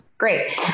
Great